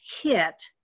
hit